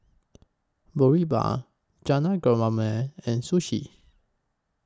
Boribap Jajangmyeon and Sushi